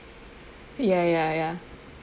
ya ya ya